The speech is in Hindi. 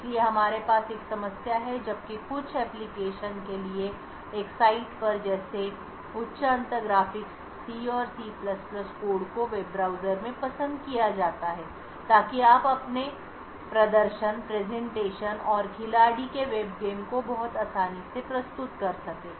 इसलिए हमारे पास एक समस्या है जबकि कुछ अनुप्रयोगों के लिए एक साइट पर जैसे उच्च अंत ग्राफिक्स सी और सी कोड को वेब ब्राउज़र में पसंद किया जाता है ताकि आप अपने प्रदर्शन और खिलाड़ी के वेब गेम को बहुत आसानी से प्रस्तुत कर सकें